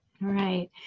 Right